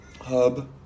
hub